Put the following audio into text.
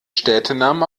städtenamen